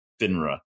FINRA